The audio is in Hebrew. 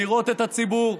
לראות את הציבור,